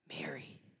Mary